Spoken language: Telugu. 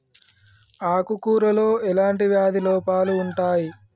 ఆకు కూరలో ఎలాంటి వ్యాధి లోపాలు ఉంటాయి?